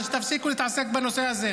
להתפלל.